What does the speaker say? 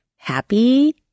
Happy